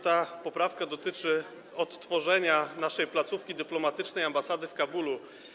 Ta poprawka dotyczy odtworzenia naszej placówki dyplomatycznej, ambasady w Kabulu.